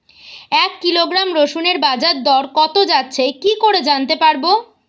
এক কিলোগ্রাম রসুনের বাজার দর কত যাচ্ছে কি করে জানতে পারবো?